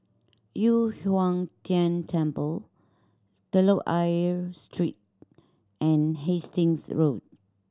Yu Huang Tian Temple Telok Ayer Street and Hastings Road